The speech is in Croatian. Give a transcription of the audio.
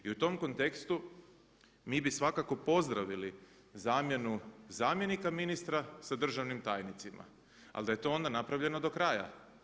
I u tom kontekstu mi bi svakako pozdravili zamjenu zamjenika ministra sa državnim tajnicima, ali da je to onda napravljeno do kraja.